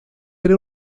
era